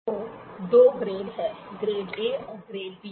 तो दो ग्रेड हैं ग्रेड A और ग्रेड B